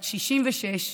בת 66,